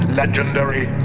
legendary